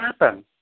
happen